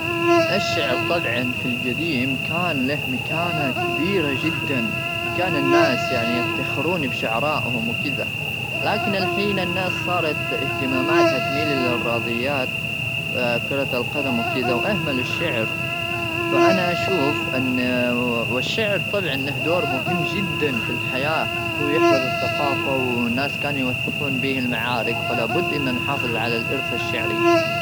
الشعر طبعا في القديم كان له مكانه كبيره جدا ,وكان الناس يعني يفتخرون بشعرهم ,وكذا لكن الحين الناس صارت اهتماماتها تميل للرياضيات كره القدم ,وكذا واهملوا الشعر فانا اشوف ,والشعر طبعا انه دور مهم جدا في الحياه ويحفظ الثقافه ,والناس كانوا يوثقون به المعارك فلا بد ان نحافظ على الارث الشعري.